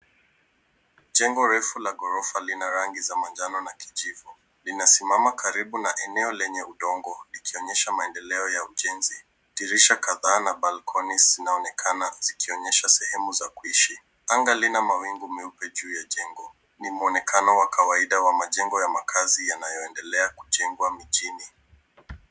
Jengo refu la ghorofa lina rangi ya manjano na kijivu. Linasimama karibu na eneo lenye udongo likionyesha maendeleo ya ujenzi, dirisha kadhaa na balkoni zinaonekana zikionyesha sehemu za kuishi. Anga lina mawingu meupe juu ya jengo. Ni mwonekano wa kawaida wa majengo ya makazi yanaoendelea kujengwa mjini.